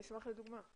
אני אשמח לדוגמה.